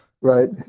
Right